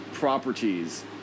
Properties